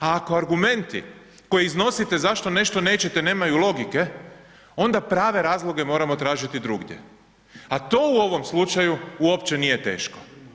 A ako argumenti koje iznosite zašto nećete nemaju logike onda prave razloge moramo tražiti drugdje a to u ovom slučaju uopće nije teško.